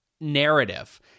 narrative